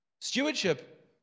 Stewardship